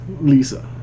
Lisa